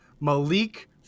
Malik